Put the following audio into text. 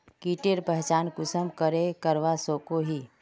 कीटेर पहचान कुंसम करे करवा सको ही?